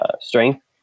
strength